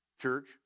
church